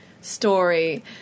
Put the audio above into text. story